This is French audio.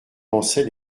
pensais